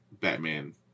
Batman